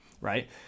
right